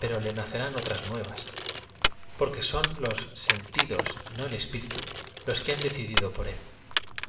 pero le nac eráo otras nuevas por que son los sentidos y no el espíritu los que se han decidido por él